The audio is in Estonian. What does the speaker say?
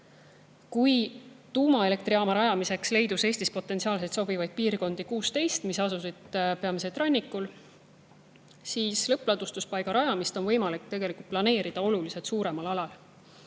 Tuumaelektrijaama rajamiseks leidub Eestis potentsiaalselt sobivaid piirkondi 16 ja need asuvad peamiselt rannikul, kuid lõppladustuspaiga rajamist on võimalik planeerida oluliselt suuremal alal.